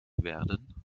werden